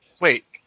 Wait